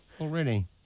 Already